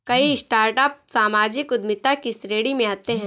कई स्टार्टअप सामाजिक उद्यमिता की श्रेणी में आते हैं